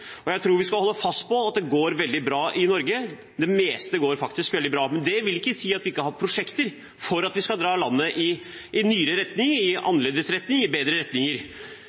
framover. Jeg tror vi skal holde fast på at det går veldig bra i Norge. Det meste går faktisk veldig bra. Men det vil ikke si at vi ikke skal ha prosjekter for å dra landet i en nyere retning, en annerledes retning, en bedre